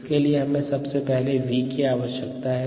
इसके लिए हमें सबसे पहले v की आवश्यकता है